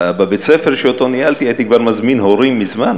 בבית-הספר שניהלתי הייתי כבר מזמין הורים מזמן,